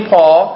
Paul